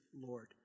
Lord